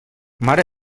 mare